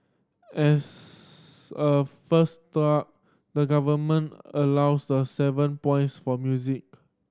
as a first up the Government allows the seven points for music